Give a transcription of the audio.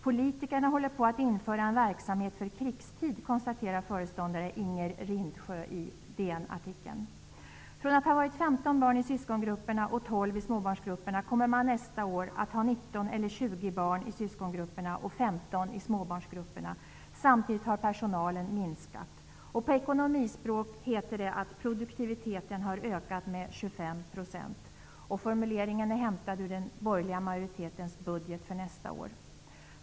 Politikerna håller på att införa en verksamhet för krigstid'', konstaterar föreståndare Inger Rindsjö. Från att ha haft 15 barn i syskongrupperna och 12 i småbarnsgrupperna kommer man nästa år att ha 19 eller 20 barn i syskongrupperna och 15 i småbarnsgrupperna. Samtidigt har personalstyrkan minskat. På ekonomispråk heter det att produktiviteten har ökat med 25 %. Formuleringen är hämtad ur den borgerliga majoritetens budget för nästa år.